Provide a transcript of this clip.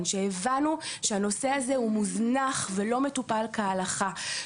שהבנו שהנושא הזה הוא מוזנח ולא מטופל כהלכה,